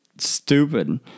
stupid